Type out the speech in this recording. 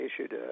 issued